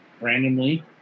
randomly